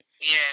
Yes